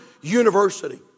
University